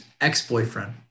ex-boyfriend